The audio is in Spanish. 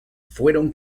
fueron